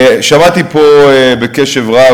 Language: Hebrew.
שמעתי פה בקשב רב,